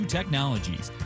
Technologies